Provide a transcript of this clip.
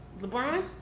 LeBron